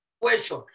question